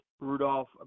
Rudolph